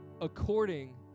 according